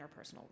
interpersonal